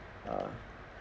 uh